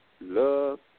Love